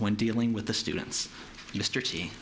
when dealing with the students mr t